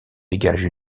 dégage